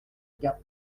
gap